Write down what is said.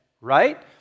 right